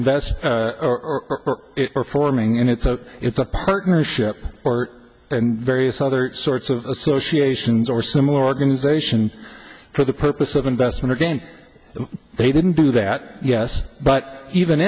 invest or are forming and it's a it's a partnership or and various other sorts of associations or some organization for the purpose of investment again they didn't do that yes but even